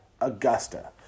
Augusta